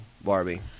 Barbie